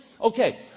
Okay